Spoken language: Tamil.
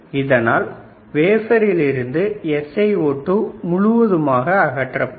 இதனால் SiO2 அகற்றபடும்